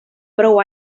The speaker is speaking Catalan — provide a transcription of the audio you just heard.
prou